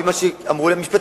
לפי מה שאמרו לי המשפטנים,